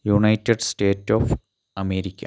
United States of America